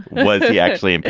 was he actually impeached?